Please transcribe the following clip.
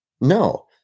No